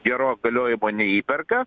geros galiojimo neįperka